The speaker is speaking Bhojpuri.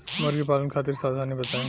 मुर्गी पालन खातिर सावधानी बताई?